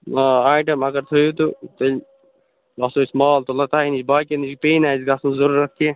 آ آیٹَم اَگر تھٲیُو تہِ تیٚلہِ آسوٚو أسۍ مال تُلان تۄہے نِش باقِیَن نِش پیٚیہِ نہٕ اسہِ گژھنُک ضروٗرت کیٚنٛہہ